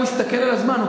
מסתכל על הזמן,